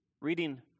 reading